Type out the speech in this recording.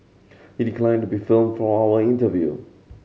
he declined be filmed for our interview